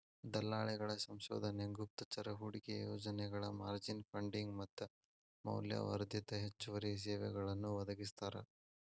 ದಲ್ಲಾಳಿಗಳ ಸಂಶೋಧನೆ ಗುಪ್ತಚರ ಹೂಡಿಕೆ ಯೋಜನೆಗಳ ಮಾರ್ಜಿನ್ ಫಂಡಿಂಗ್ ಮತ್ತ ಮೌಲ್ಯವರ್ಧಿತ ಹೆಚ್ಚುವರಿ ಸೇವೆಗಳನ್ನೂ ಒದಗಿಸ್ತಾರ